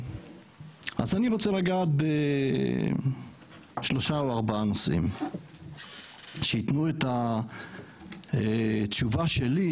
אז אני רוצה לגעת בך בשלושה או ארבעה נושאים שייתנו תשובה שלי,